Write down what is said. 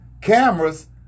cameras